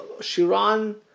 Shiran